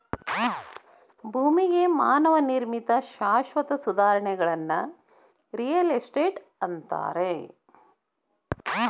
ಭೂಮಿಗೆ ಮಾನವ ನಿರ್ಮಿತ ಶಾಶ್ವತ ಸುಧಾರಣೆಗಳನ್ನ ರಿಯಲ್ ಎಸ್ಟೇಟ್ ಅಂತಾರ